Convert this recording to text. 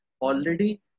already